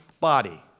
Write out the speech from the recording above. body